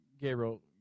Gabriel